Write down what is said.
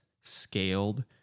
scaled